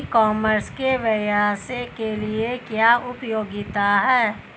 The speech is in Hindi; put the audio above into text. ई कॉमर्स के व्यवसाय के लिए क्या उपयोगिता है?